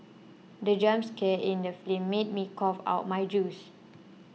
the jump scare in the film made me cough out my juice